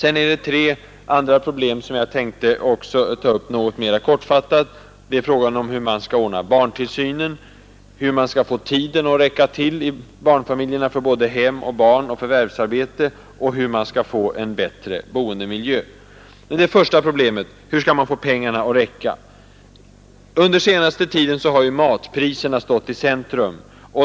Jag tänker också mera kortfattat ta upp tre andra problem, nämligen hur man skall ordna barntillsynen, hur man skall få tiden att räcka till i barnfamiljerna för hem, barn och förvärvsarbete och hur man skall få en bättre boendemiljö. När det gäller det första problemet, hur man skall få pengarna att räcka, har matpriserna under den senaste tiden stått i centrum för intresset.